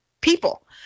people